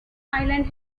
island